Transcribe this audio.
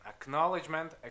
acknowledgement